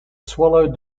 swallowed